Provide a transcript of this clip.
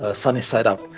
ah sunny-side up.